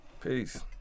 Peace